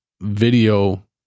video